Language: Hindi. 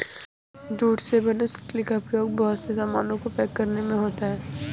जूट से बने सुतली का प्रयोग बहुत से सामानों को पैक करने में होता है